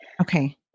Okay